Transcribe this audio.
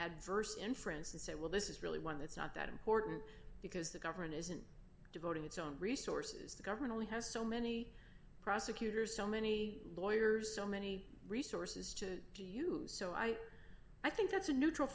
adverse inference and say well this is really one that's not that important because the government isn't devoting its own resources the government only has so many prosecutors so many lawyers so many resources to use so i i think that's a neutral